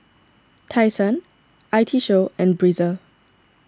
Tai Sun I T Show and Breezer